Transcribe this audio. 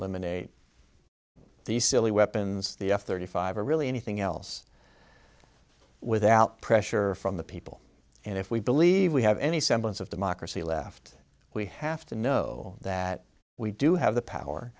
eliminate these silly weapons the f thirty five or really anything else without pressure from the people and if we believe we have any semblance of democracy left we have to know that we do have the power